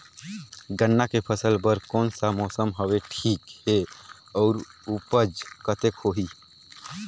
गन्ना के फसल बर कोन सा मौसम हवे ठीक हे अउर ऊपज कतेक होही?